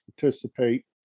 participate